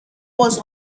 was